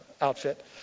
outfit